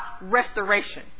restoration